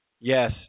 Yes